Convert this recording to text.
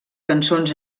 cançons